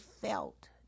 felt